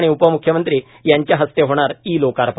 आणि उपम्ख्यमंत्री यांचे हस्ते होणार ई लोकार्पण